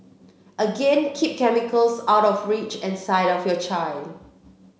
again keep chemicals out of reach and sight of your child